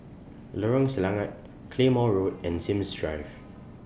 Lorong Selangat Claymore Road and Sims Drive